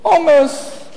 עומס,